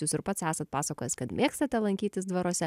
jūs ir pats esat pasakojęs kad mėgstate lankytis dvaruose